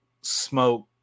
smoke